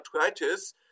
arthritis